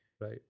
right